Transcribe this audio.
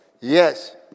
Yes